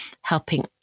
helping